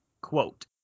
quote